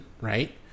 right